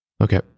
okay